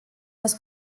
was